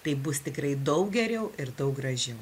tai bus tikrai daug geriau ir daug gražiau